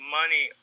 money